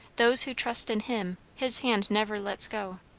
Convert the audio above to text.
those who trust in him, his hand never lets go.